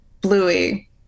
Bluey